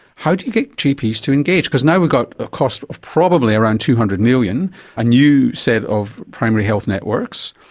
how do you get gps to engage? because now we've got a cost of probably around two hundred million dollars, and you said of primary health networks,